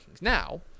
Now